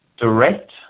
direct